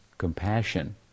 Compassion